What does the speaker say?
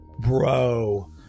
Bro